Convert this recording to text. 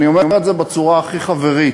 אומר את זה בצורה הכי חברית,